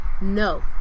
No